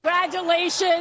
Congratulations